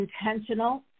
intentional